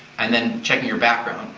and then checking your background,